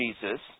Jesus